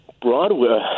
Broadway